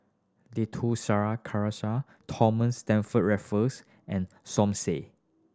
Dato Thomas Stamford Raffles and Som Said